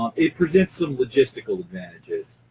um it presents some logistical advantages.